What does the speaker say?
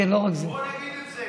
בואו נגיד את זה.